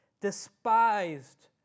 despised